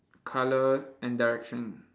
colour and direction